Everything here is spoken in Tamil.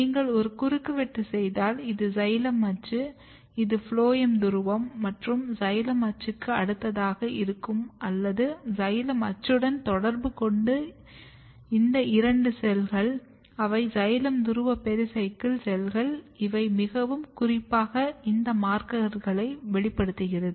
நீங்கள் ஒரு குறுக்குவெட்டு செய்தால் இது சைலம் அச்சு இது ஃபுளோயம் துருவம் மற்றும் சைலம் அச்சுக்கு அடுத்ததாக இருக்கும் அல்லது சைலம் அச்சுடன் தொடர்பு கொண்ட இந்த இரண்டு செல்கள் அவை சைலம் துருவ பெரிசைக்கிள் செல்கள் இவை மிகவும் குறிப்பாக இந்த மார்க்கர்களை வெளிப்படுத்துகிறது